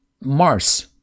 Mars